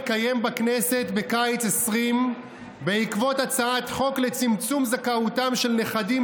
בכנסת בקיץ 2020 בעקבות הצעת חוק לצמצום זכאותם של נכדים